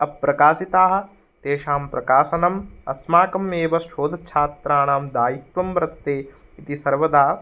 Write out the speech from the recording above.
अप्रकाशिताः तेषां प्रकाशनम् अस्माकम् एव शोधच्छात्राणां दायित्वं वर्तते इति सर्वदा